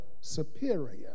superior